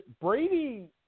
Brady